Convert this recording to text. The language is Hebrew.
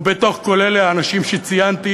ובתוך כל אלה האנשים שציינתי